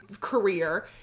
career